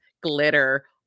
glitter